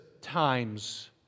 times